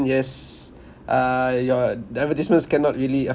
yes uh your the advertisements cannot really